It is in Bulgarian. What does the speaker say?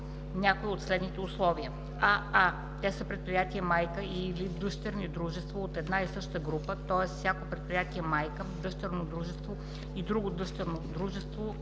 някое от следните условия: аа) те са предприятие майка и/или дъщерни дружества от една и съща група (т.е. всяко предприятие майка, дъщерно дружество и друго дъщерно дружество